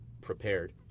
prepared